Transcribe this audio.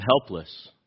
helpless